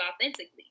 authentically